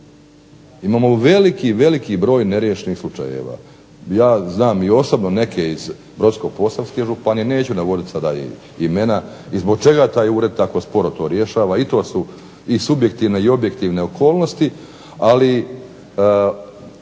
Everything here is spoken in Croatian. Imamo veliki, veliki broj neriješenih slučajeva. Ja znam osobno i neke iz Brodsko-posavske županije, neću navoditi imena i zbog čega taj ured tako sporo to rješava? I to su subjektivne i objektivne okolnosti, ali